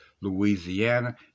Louisiana